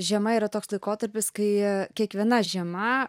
žiema yra toks laikotarpis kai kiekviena žiema